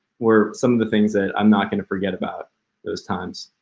were some of the things that i'm not gonna forget about those times.